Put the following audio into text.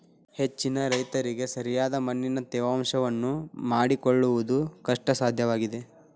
ಹೆಚ್ಚಿನ ರೈತರಿಗೆ ಸರಿಯಾದ ಮಣ್ಣಿನ ತೇವಾಂಶವನ್ನು ಮಾಡಿಕೊಳ್ಳವುದು ಕಷ್ಟಸಾಧ್ಯವಾಗಿದೆ